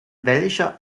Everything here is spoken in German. welcher